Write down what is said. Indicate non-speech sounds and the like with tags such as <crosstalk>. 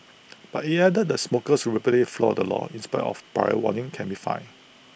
<noise> but IT added the smokers who repeatedly flout the law in spite of prior warnings can be fined